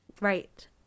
Right